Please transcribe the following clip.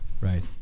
right